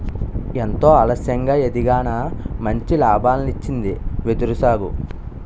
ఎంతో ఆలస్యంగా ఎదిగినా మంచి లాభాల్నిచ్చింది వెదురు సాగు